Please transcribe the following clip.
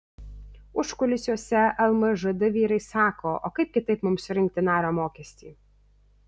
užkulisiuose lmžd vyrai sako o kaip kitaip mums surinkti nario mokestį